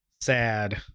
Sad